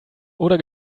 oder